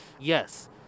Yes